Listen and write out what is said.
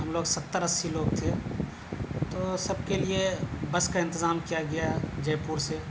ہم لوگ ستر اسی لوگ تھے تو سب کے لیے بس کا انتظام کیا گیا جے پور سے